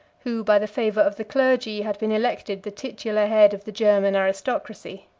who by the favor of the clergy had been elected the titular head of the german aristocracy.